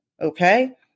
Okay